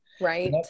Right